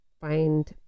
find